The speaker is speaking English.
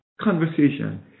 conversation